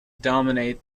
dominate